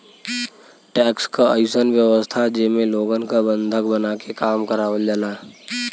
tax क अइसन व्यवस्था जेमे लोगन क बंधक बनाके काम करावल जाला